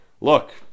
look